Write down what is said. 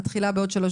הישיבה ננעלה בשעה